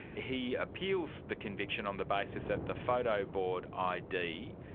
he appeals the conviction on the basis that the photo board id,